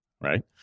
right